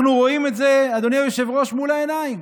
אנחנו רואים את זה, אדוני היושב-ראש, מול העיניים,